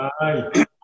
Hi